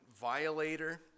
violator